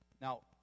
Now